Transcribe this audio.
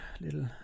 little